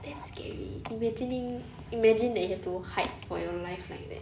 damn scary imagining imagine that you have to hide for your life like that